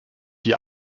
die